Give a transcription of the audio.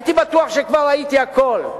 הייתי בטוח שכבר ראיתי הכול,